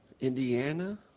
Indiana